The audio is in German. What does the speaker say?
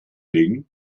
legen